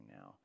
now